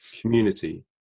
community